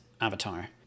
avatar